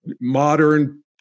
modern